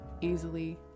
easily